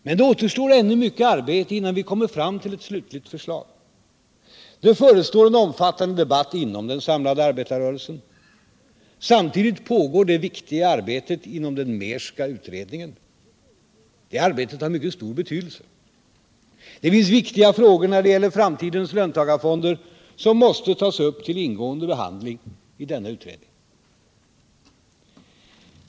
Men det återstår ännu mycket arbete innan vi kommer fram till ett slutligt förslag. Det förestår en omfattande debatt inom den samlade arbetarrörelsen. Samtidigt pågår det viktiga arbetet inom den Mehrska utredningen. Det arbetet har mycket stor betydelse. Det finns viktiga frågor när det gäller framtidens löntagarfonder som måste tas upp till ingående behandling i denna utredning.